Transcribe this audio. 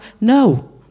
No